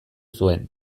zuen